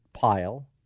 pile